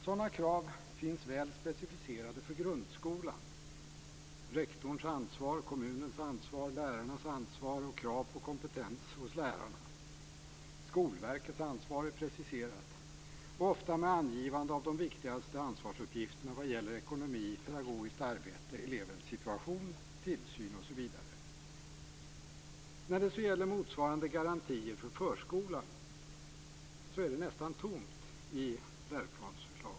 Sådana krav finns väl specificerade för grundskolan: rektors ansvar, kommunens ansvar, lärarnas ansvar och krav på kompetens hos lärarna. Skolverkets ansvar är specificerat, ofta med angivande av de viktigaste ansvarsuppgifterna vad gäller ekonomi, pedagogiskt arbete, elevens situation, tillsyn osv. När det så gäller motsvarande garantier för förskolan är det nästan tomt i läroplansförslaget.